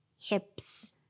hips